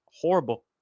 horrible